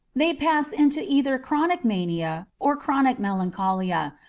they pass into either chronic mania or chronic melancholia,